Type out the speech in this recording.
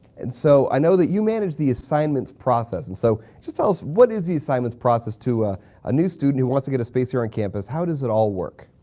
and so i know that you manage the assignments process and so just tell us what is the assignment process to a, a new student who wants to get a space here on campus? how does it all work?